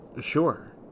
Sure